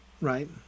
right